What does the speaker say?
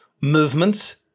movements